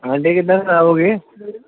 ਅੰਡੇ ਕਿਦਾ ਖਰਾਬ ਹੋ ਗਏ